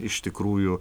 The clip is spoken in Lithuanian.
iš tikrųjų